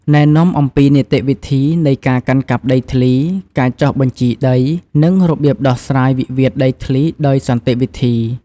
ណែនាំអំពីនីតិវិធីនៃការកាន់កាប់ដីធ្លី ការចុះបញ្ជីដី និងរបៀបដោះស្រាយវិវាទដីធ្លីដោយសន្តិវិធី។